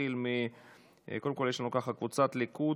קודם כול, יש לנו את קבוצת סיעת הליכוד,